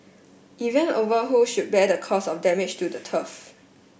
event over who should bear the cost of damage to the turf